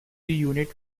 unit